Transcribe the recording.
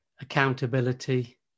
accountability